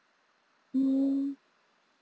hmm